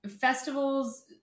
festivals